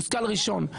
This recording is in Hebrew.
מושכל ראשון.